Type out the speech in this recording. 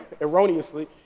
erroneously